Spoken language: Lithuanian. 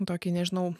tokį nežinau